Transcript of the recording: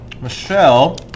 Michelle